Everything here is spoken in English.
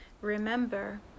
Remember